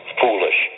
foolish